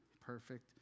perfect